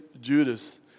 Judas